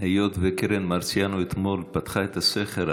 היות שקרן מרציאנו אתמול פתחה את הסכר,